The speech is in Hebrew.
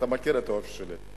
אתה מכיר את האופי שלי.